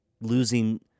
Losing